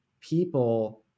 people